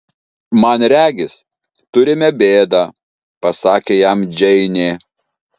man regis turime bėdą pasakė jam džeinė